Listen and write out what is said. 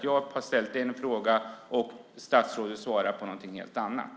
Jag har ställt en fråga, och statsrådet svarar på någonting helt annat.